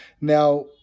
Now